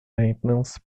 maintenance